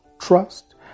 trust